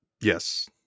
Yes